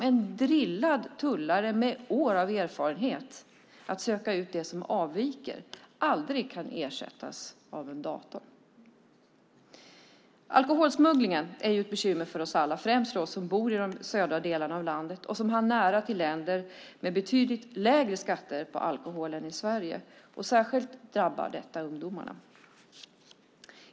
En drillad tullare med år av erfarenhet av att söka ut det som avviker kan ju aldrig ersättas av en dator. Alkoholsmugglingen är ett bekymmer för oss alla, främst för oss som bor i de södra delarna av landet och har nära till länder med betydligt lägre skatter på alkohol än Sverige. Särskilt drabbar detta ungdomarna.